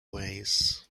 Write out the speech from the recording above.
ways